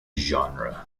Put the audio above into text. genre